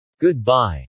Goodbye